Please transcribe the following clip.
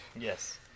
Yes